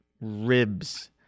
ribs